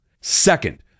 Second